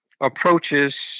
approaches